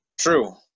True